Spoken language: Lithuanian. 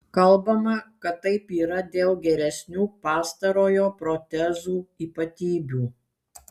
kalbama kad taip yra dėl geresnių pastarojo protezų ypatybių